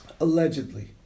Allegedly